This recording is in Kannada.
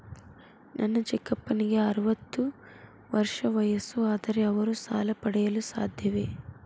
ನನ್ನ ಚಿಕ್ಕಪ್ಪನಿಗೆ ಅರವತ್ತು ವರ್ಷ ವಯಸ್ಸು, ಆದರೆ ಅವರು ಸಾಲ ಪಡೆಯಲು ಸಾಧ್ಯವೇ?